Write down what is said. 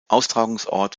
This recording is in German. austragungsort